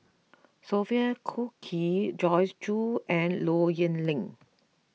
Sophia Cooke Joyce Jue and Low Yen Ling